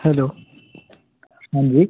hello हाँ जी